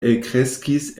elkreskis